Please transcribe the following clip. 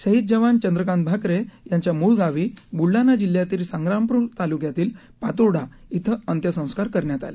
शहीद जवान चंद्रकांत भाकरे यांच्या मुळ गावी बुलडाणा जिल्ह्यातील संग्रामपुर तालुक्यातील पातुर्डा श्व अंत्यसंस्कार करण्यात आले